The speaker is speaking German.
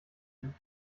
nimmt